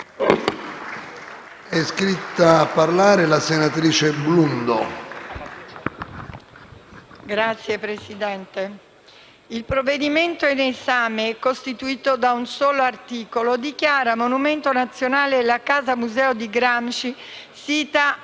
il provvedimento in esame, costituito da un solo articolo, dichiara monumento nazionale la Casa Museo di Gramsci sita